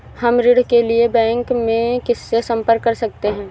हम ऋण के लिए बैंक में किससे संपर्क कर सकते हैं?